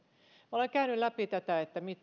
olen käynyt läpi tätä